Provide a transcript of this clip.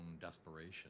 desperation